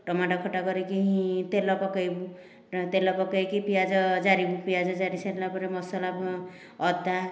tomato ଖଟା କରିକି ତେଲ ପକାଇବୁ ତେଲ ପକାଇକି ପିଆଜ ଜାରିବୁ ପିଆଜ ଜାରି ସାରିଲା ପରେ ମସଲା ଅଦା